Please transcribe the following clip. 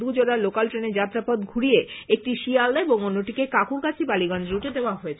দুজোড়া local ট্রেনের যাত্রাপথ ঘুরিয়ে একটি শিয়ালদা এবং অন্যটিকে কাঁকুরগাছি বালিগঞ্জ রুটে দেওয়া হয়েছে